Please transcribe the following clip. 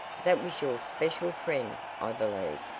that was your special friend i believe.